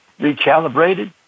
recalibrated